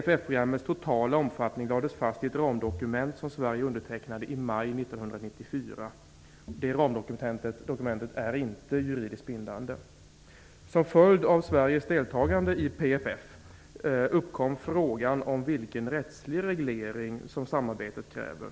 PFF-programmets totala omfattning lades fast i ett ramdokument som Sverige undertecknade i maj 1994. Det ramdokumentet är inte juridiskt bindande. Som en följd av Sveriges deltagande i PFF uppkom frågan om vilken rättslig reglering som samarbetet kräver.